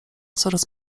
coraz